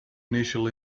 initial